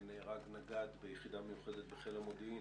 נהרג נגד ביחידה מיוחדת בחיל המודיעין,